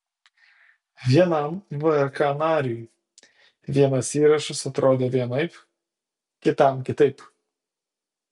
vienam vrk nariui vienas įrašas atrodė vienaip kitam kitaip